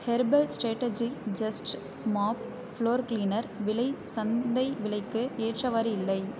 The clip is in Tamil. herbal strategy just mop floor cleaner விலை சந்தை விலைக்கு ஏற்றவாறு இல்லை